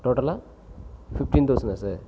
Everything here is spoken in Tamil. டோட்டலாக ஃபிஃப்டீன் தௌசனா சார்